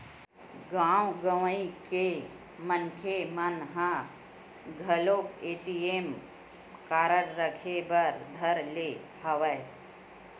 गाँव गंवई के मनखे मन ह घलोक ए.टी.एम कारड रखे बर धर ले हवय